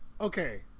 Okay